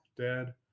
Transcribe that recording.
dad